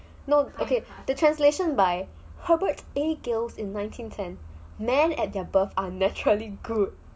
no okay the translation by herbert A giles in nineteen ten man at their birth are naturally good